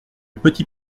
petit